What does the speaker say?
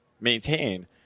maintain